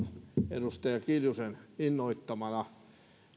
edustaja kiljusen innoittamana